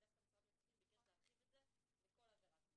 ודווקא משרד המשפטים ביקש להרחיב את זה לכל עבירה פלילית.